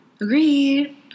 Agreed